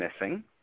missing